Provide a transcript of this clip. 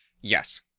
yes